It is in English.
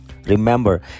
Remember